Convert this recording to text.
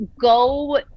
go